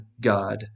God